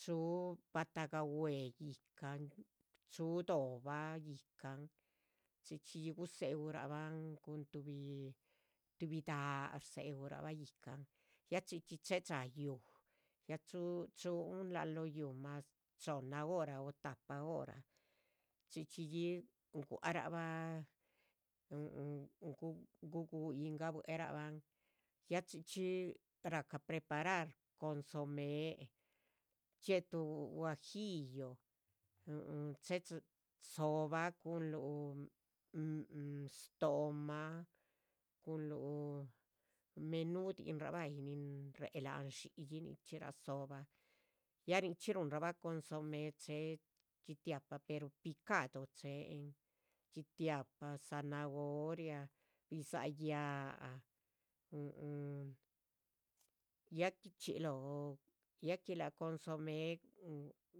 Chuuh batahga gueey íhcan chuuh dohba íhcan chxíchxiyi guse'uraban cun tubih daha'. rdhxeuraba íhcan ya chxíchxi chedza yuuh ya chúhun laan lóh yuuh chohnna hora o. tahpa hora chxíchxiyi guaraba gu guyín gabueraban ya chxíchxi racaha preparar. consomée dxie'tu guajillo chedxaan dzo'ban cúnluh stóohma. menudin'ra bai nin re lahan dxi'yi nichxí'ra dzo'bah ya nichxí'ra runraba consomée. chee dxitiahpa perha picado cheen dxitiahpa, zanahoria, bidza'h yaa ya que chí. lóh ya que la consomée